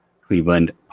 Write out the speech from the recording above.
Cleveland